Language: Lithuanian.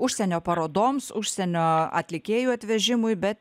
užsienio parodoms užsienio atlikėjų atvežimui bet